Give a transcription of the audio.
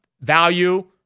value